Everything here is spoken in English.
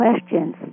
questions